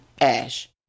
ash